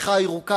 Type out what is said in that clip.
בכריכה הירוקה,